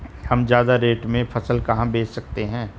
हम ज्यादा रेट में फसल कहाँ बेच सकते हैं?